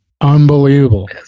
unbelievable